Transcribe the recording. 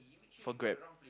for Grab